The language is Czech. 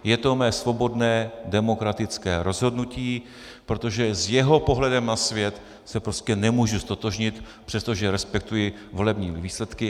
Je to mé svobodné demokratické rozhodnutí, protože s jeho pohledem na svět se prostě nemůžu ztotožnit, přestože respektuji volební výsledky.